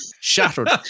shattered